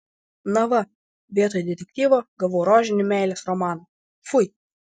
na va vietoj detektyvo gavau rožinį meilės romaną fui